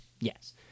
Yes